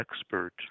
expert